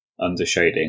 undershading